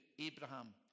Abraham